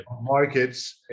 markets